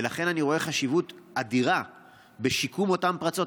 ולכן אני רואה חשיבות אדירה בשיקום אותן פרצות.